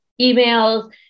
emails